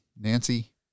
Nancy